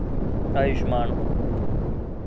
Ayushman